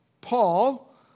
Paul